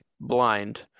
blind